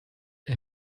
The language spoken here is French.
est